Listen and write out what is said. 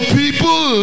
people